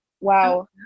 wow